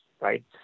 right